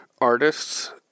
artists